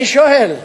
אני שואל: